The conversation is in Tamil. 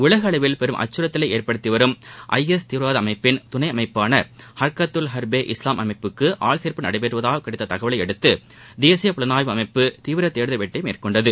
உலகளவில் பெரும் அச்சுறுத்தலை ஏற்படுத்தி வரும் ஐஎஸ் தீவிரவாத அமைப்பின் துணை அமைப்பாள ஹர்கத்துல் ஹர்பே இஸ்லாம் அமைப்புக்கு ஆட்சேர்ப்பு நடைபெறுவதாக கிடைத்த தகவலையடுத்து தேசிய புலனாய்வு அமைப்பு தீவிர தேடுதல் வேட்ளட மேற்கொண்டுள்ளது